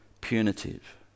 punitive